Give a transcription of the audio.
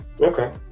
Okay